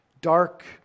dark